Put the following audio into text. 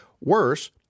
Worse